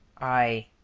i,